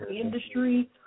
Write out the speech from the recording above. industry –